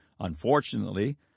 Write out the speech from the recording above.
Unfortunately